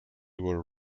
were